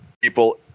people